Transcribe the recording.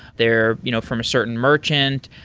they're you know from a certain merchant,